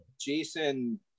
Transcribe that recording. Jason